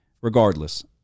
Regardless